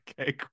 Okay